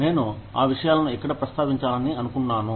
నేను ఆ విషయాలను ఇక్కడ ప్రస్తావించాలని అనుకున్నాను